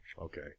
Okay